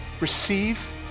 receive